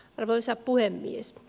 arvoisa puhemies